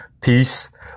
peace